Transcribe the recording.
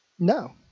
No